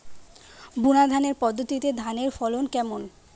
বুনাধানের পদ্ধতিতে ধানের ফলন কেমন?